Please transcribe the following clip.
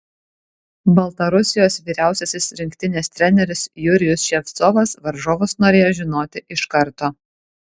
baltarusijos vyriausiasis rinktinės treneris jurijus ševcovas varžovus norėjo žinoti iš karto